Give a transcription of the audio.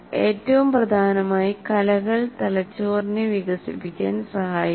ഏറ്റവും പ്രധാനമായി കലകൾ തലച്ചോറിനെ വികസിപ്പിക്കാൻ സഹായിക്കും